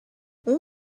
اون